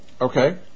Okay